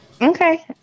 Okay